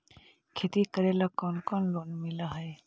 खेती करेला कौन कौन लोन मिल हइ?